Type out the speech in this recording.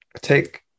take